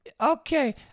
Okay